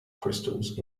crystals